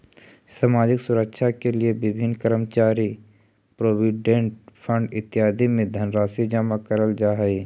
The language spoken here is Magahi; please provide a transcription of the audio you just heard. सामाजिक सुरक्षा के लिए विभिन्न कर्मचारी प्रोविडेंट फंड इत्यादि में धनराशि जमा करल जा हई